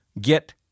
get